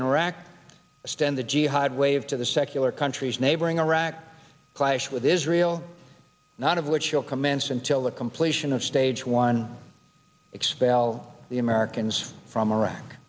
in iraq extend the jihad wave to the secular countries neighboring iraq clash with israel none of which will commence until the completion of stage one expel the americans from iraq